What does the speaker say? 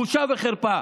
בושה וחרפה.